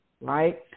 right